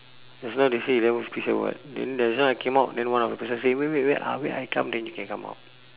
just now they say eleven fifty seven [what] then just now I came out then one of the person say wait wait wait ah wait I come then you can come out